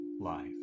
life